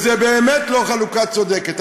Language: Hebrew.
זו באמת לא חלוקה צודקת.